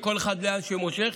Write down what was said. וכל אחד לאן שהוא מושך,